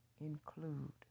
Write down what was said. include